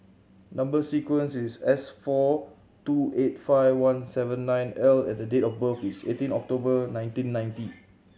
number sequence is S four two eight five one seven nine L and the date of birth is eighteen October nineteen ninety